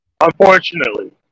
Unfortunately